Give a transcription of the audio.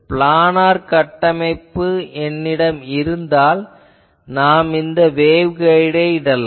planar கட்டமைப்பு என்னிடம் இருந்தால் நாம் வேவ்கைடை இடலாம்